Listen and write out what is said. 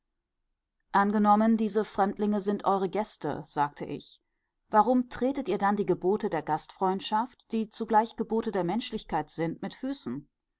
angenommen diese fremdlinge sind eure gäste sagte ich warum tretet ihr dann die gebote der gastfreundschaft die zugleich gebote der menschlichkeit sind mit füßen